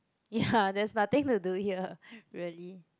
ya there's nothing to do here really